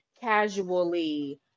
casually